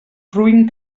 roín